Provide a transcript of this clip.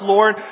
Lord